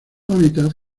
hábitat